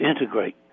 integrate